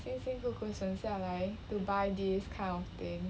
辛辛苦苦省下来 to buy this kind of thing